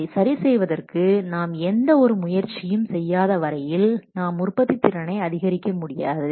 அதை சரி செய்வதற்கு நாம் எந்த ஒரு முயற்சியும் செய்யாத வரையில் நாம் உற்பத்தி திறனை அதிகரிக்க முடியாது